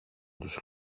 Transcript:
τους